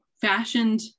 fashioned